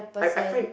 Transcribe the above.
I I find